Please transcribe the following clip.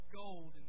gold